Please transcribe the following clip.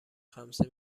خمسه